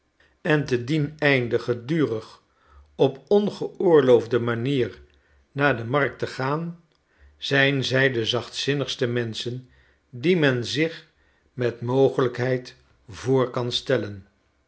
en te dien einde gedurig op ongeoorloofde manier naar de markt te gaan zijn zij de zachtzinnigste menschen die men zich met mogelijkheid voor kan stellen